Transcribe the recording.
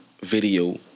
video